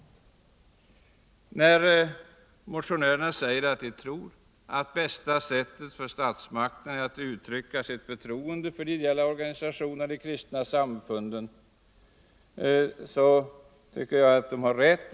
När motionärerna säger att de tror att det bästa sättet för statsmakterna är att uttrycka sitt förtroende för de ideella organisationerna och de kristna samfunden och ge dem ekonomiska resurser så tycker jag att de har rätt.